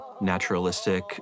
naturalistic